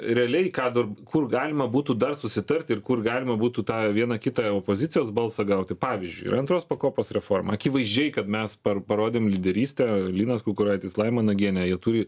realiai kadar kur galima būtų dar susitarti ir kur galima būtų tą vieną kitą opozicijos balsą gauti pavyzdžiui iantros pakopos reforma akivaizdžiai kad mes parodėm lyderystę linas kukuraitis laima nagienė ji turi